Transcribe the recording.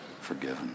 forgiven